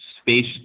space